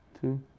two